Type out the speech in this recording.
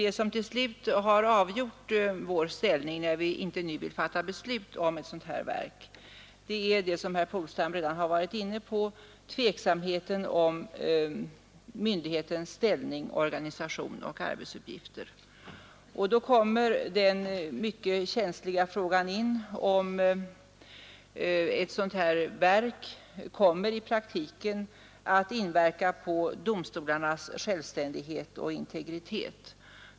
Det som ändå till slut varit avgörande, när vi inte nu vill fatta beslut om ett sådant verk, är det som herr Polstam redan varit inne på, nämligen tveksamheten om myndighetens ställning, organisation och arbetsuppgifter. Den mycket känsliga frågan uppstår, om ett sådant här verk i praktiken kommer att inverka på domstolarnas självständighet och integritet.